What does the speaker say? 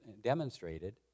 demonstrated